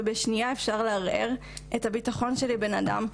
ובשנייה אפשר לערער את הביטחון של בן אדם,